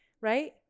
Right